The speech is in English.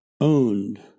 owned